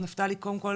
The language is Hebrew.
אז נפתלי, קודם כל